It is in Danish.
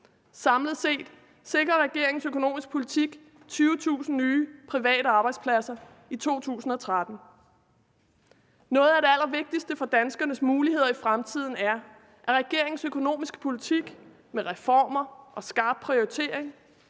Samlet set sikrer regeringens økonomiske politik 20.000 nye private arbejdspladser i 2013. Noget af det allervigtigste for danskernes muligheder i fremtiden er, at regeringens økonomiske politik med reformer og skarp prioritering